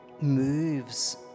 moves